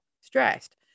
stressed